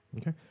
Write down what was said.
Okay